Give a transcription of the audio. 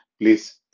Please